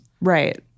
Right